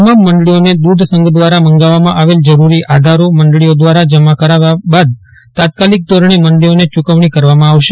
તમામ મંડળીઓને દૂધ સંઘ દ્વારા મગાવવામાં આવેલા જરૂરી આધારી મંડળીઓ દ્વારા જમા કરાવ્યેથી તાત્કાલિક ધોરણે મંડળીઓને યૂકવણી કરવામાં આવશે